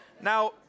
Now